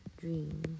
Dream